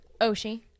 Oshi